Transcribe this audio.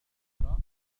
الطائرة